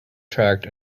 tracked